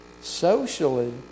Socially